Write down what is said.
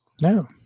No